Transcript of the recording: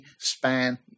span